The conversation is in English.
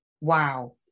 Wow